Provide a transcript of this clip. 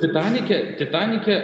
titanike titanike